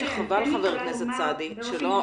חבר הכנסת סעדי, חבל שלא